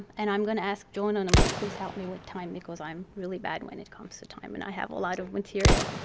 and i'm going to ask joan and to please help me with time because i'm really bad when it comes to time and i have a lot of material.